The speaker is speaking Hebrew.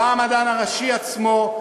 בא המדען הראשי עצמו,